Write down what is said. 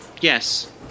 Yes